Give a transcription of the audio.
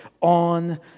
on